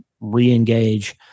re-engage